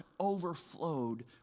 overflowed